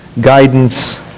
guidance